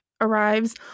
arrives